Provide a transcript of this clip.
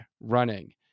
running